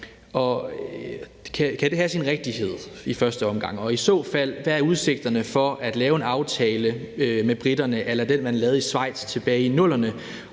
kan have sin rigtighed, og i så fald hvad udsigten så er til at lave en aftale med briterne a la den, man lavede i Schweiz tilbage i 00'erne,